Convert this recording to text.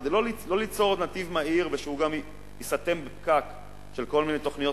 כדי לא ליצור נתיב מהיר ושהוא ייסתם בפקק של כל מיני תוכניות